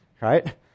right